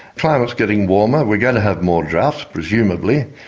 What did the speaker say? climate's getting warmer. we're going to have more droughts presumably.